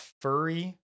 furry